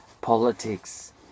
Politics